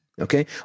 Okay